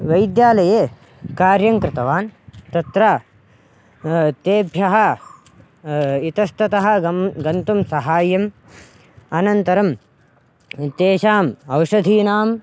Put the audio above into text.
वैद्यालये कार्यं कृतवान् तत्र तेभ्यः इतस्ततः गम् गन्तुं सहायम् अनन्तरं तेषाम् औषधीनां